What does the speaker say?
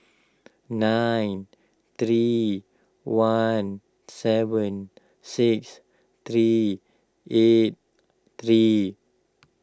nine three one seven six three eight three